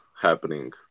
happening